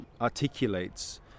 articulates